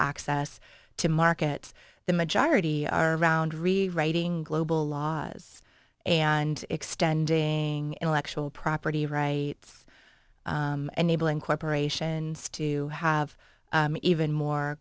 access to markets the majority are around rewriting global laws and extending intellectual property rights enabling corporations to have even more